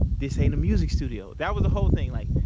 this ain't a music studio. that was the whole thing, like,